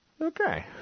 Okay